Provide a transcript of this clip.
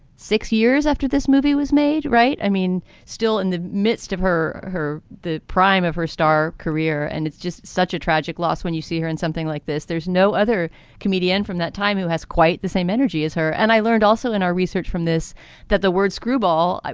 six years after this movie was made. right. i mean, still in the midst of her her the prime of her star career. and it's just such a tragic loss when you see her in something like this. there's no other comedian from that time who has quite the same energy as her. and i learned also in our research from this that the word screwball,